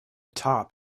top